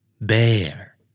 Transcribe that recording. bear